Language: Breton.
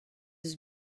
eus